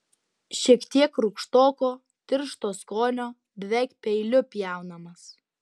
šiek tiek rūgštoko tiršto skonio beveik peiliu pjaunamas